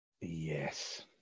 yes